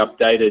updated